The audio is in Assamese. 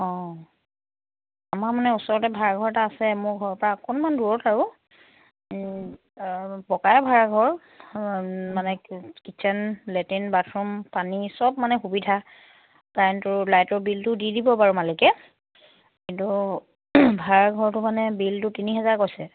অঁ আমাৰ মানে ওচৰতে ভাড়াঘৰ এটা আছে মোৰ ঘৰৰ পৰা অকণমান দূৰত আৰু পকাই ভাড়া ঘৰ মানে কিটচেন লেট্ৰিন বাথৰূম পানী চব মানে সুবিধা কাৰেণ্টটো লাইটৰ বিলটো দি দিব বাৰু মালিকে কিন্তু ভাড়াঘৰটো মানে বিলটো তিনি হেজাৰ কৈছে